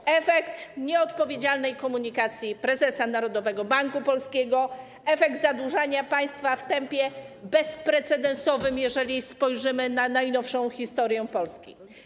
To efekt nieodpowiedzialnej komunikacji prezesa Narodowego Banku Polskiego, efekt zadłużania państwa w tempie bezprecedensowym, jeżeli spojrzymy na najnowszą historię Polski.